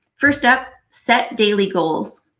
first step, set daily goals.